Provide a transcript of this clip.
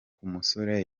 umusore